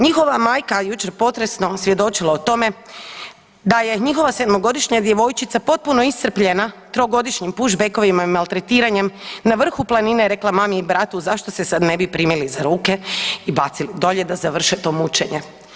Njihova majka je jučer potresno svjedočila o tome da je njihova 7-godišnja djevojčica potpuno iscrpljena trogodišnjim push backovima i maltretiranjem, na vrhu planine je rekla mami i bratu zašto se sad ne bi primili za ruke i bacili dolje da završe to mučenje.